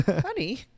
honey